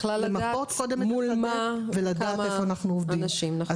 בכלל לדעת מול מה וכמה אנשים מדובר, נכון.